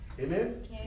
Amen